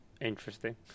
interesting